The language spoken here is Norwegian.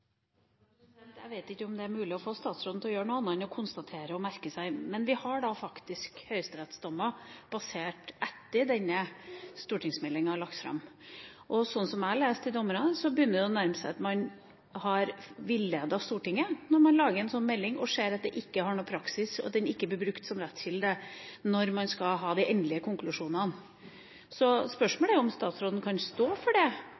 mulig å få statsråden til å gjøre noe annet enn å konstatere og merke seg, men vi har faktisk høyesterettsdommer som er datert etter at denne stortingsmeldinga ble lagt fram. Og sånn jeg leser de dommene, begynner det å nærme seg villedning av Stortinget når man lager en slik melding og ser at det ikke påvirker praksis, og at den ikke blir brukt som rettskilde når man skal treffe de endelige konklusjonene. Spørsmålet er om statsråden kan stå for det